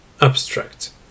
Abstract